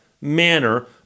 manner